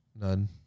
None